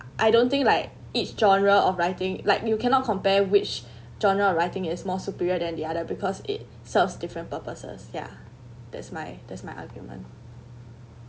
I don't think like each genre of writing like you cannot compare which genre of writing is more superior than the other because it serves different purposes ya that's my that's my argument